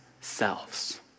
selves